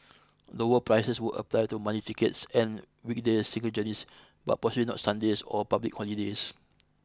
lower prices would apply to money tickets and weekday single journeys but possibly not Sundays or public holidays